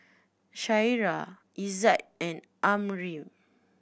Syirah Izzat and Ammir